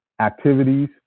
activities